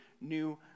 new